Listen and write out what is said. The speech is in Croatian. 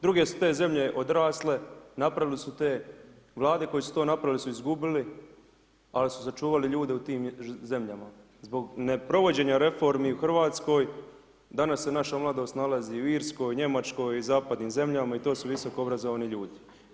Druge su te zemlje odrasle, napravile su te, Vlade koji su to napravili su izgubili, ali su sačuvali ljude u tim zemljama zbog neprovođenja reformi u Hrvatskoj danas se naša mladost nalazi u Irskoj, Njemačkoj i zapadnim zemljama i to su visoko obrazovni ljudi.